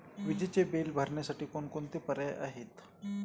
विजेचे बिल भरण्यासाठी कोणकोणते पर्याय आहेत?